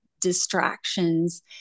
distractions